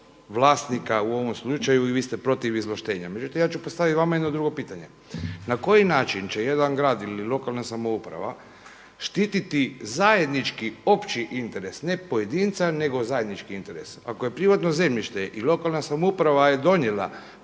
u ovom slučaju i vi ste protiv izvlaštenja. Međutim ja ću postaviti vama jedno drugo pitanje. Na koji način će jedan grad ili lokalna samouprava štititi zajednički opći interes ne pojedinca nego zajednički interes? Ako je privatno zemljište i lokalna samouprava je donijela